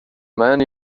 man